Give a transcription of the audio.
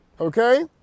Okay